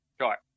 Sure